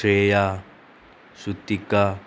Shreya Shutika